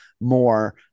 more